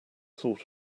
sort